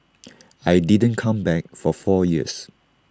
I didn't come back for four years